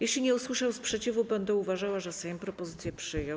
Jeśli nie usłyszę sprzeciwu, będę uważała, że Sejm propozycję przyjął.